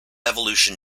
evolution